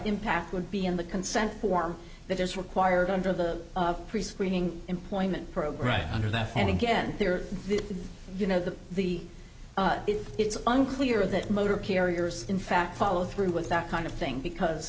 impact would be in the consent form that is required under the prescreening employment program under that and again the you know the the it's unclear that motor carriers in fact follow through with that kind of thing because